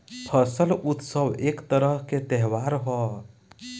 फसल उत्सव एक तरह के त्योहार ह